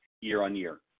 year-on-year